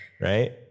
Right